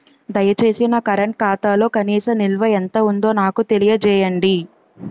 దయచేసి నా కరెంట్ ఖాతాలో కనీస నిల్వ ఎంత ఉందో నాకు తెలియజేయండి